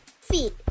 Feet